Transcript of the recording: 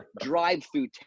drive-through